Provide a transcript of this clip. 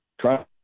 try